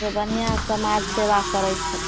से बढ़िआँ समाज सेवा करै छथिन